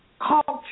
culture